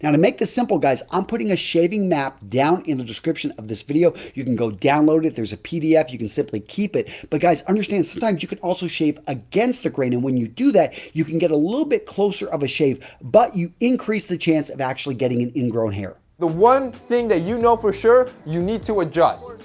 and make this simple, guys, i'm putting a shaving map down in the description of this video. you can go download it, there's a pdf, you can simply keep it. but, guys, understand sometimes you can also shave against the grain and when you do that, you can get a little bit closer of a shave, but you increase the chance of actually getting an ingrown hair. jose the one thing that you know for sure you need to adjust.